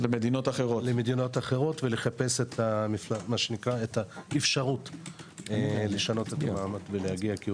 למדינות אחרות ולחפש את האפשרות לשנות את המעמד.